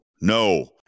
no